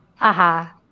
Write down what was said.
Aha